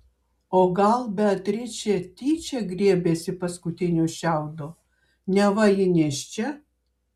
o gal beatričė tyčia griebėsi paskutinio šiaudo neva ji nėščia